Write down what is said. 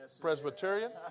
Presbyterian